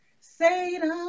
Satan